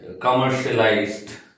commercialized